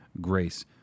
grace